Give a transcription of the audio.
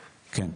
כן,